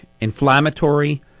Inflammatory